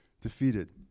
defeated